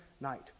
night